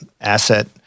asset